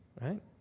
right